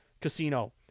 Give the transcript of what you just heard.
Casino